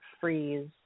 freeze